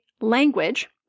language